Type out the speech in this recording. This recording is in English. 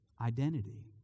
identity